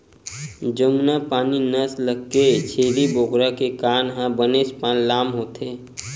जमुनापारी नसल के छेरी बोकरा के कान ह बनेचपन लाम होथे